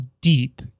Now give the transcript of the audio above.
deep